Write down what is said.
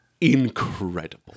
incredible